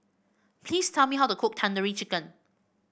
please tell me how to cook Tandoori Chicken